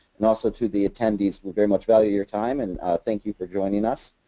and also, to the attendees, we very much value your time. and thank you for joining us.